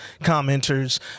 commenters